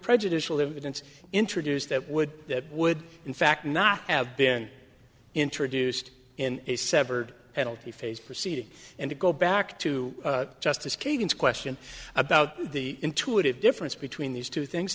prejudicial evidence introduced that would that would in fact not have been introduced in a severed healthy phase proceeding and to go back to justice kagan's question about the intuitive difference between these two things